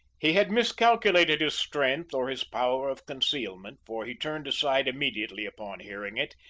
he had miscalculated his strength or his power of concealment, for he turned aside immediately upon hearing it,